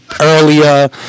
earlier